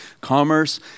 commerce